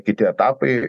kiti etapai